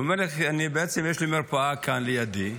הוא אומר לי: יש לי מרפאה כאן לידי,